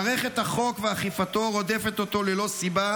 מערכת החוק ואכיפתו רודפת אותו ללא סיבה,